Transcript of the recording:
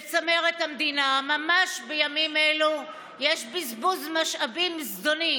בצמרת המדינה ממש בימים אלו יש בזבוז משאבים זדוני.